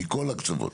מכל הקצוות.